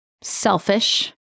selfish